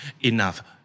enough